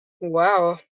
wow